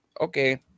Okay